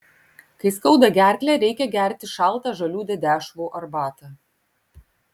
kai skauda gerklę reikia gerti šaltą žalių dedešvų arbatą